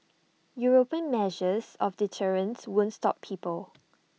european measures of deterrence won't stop people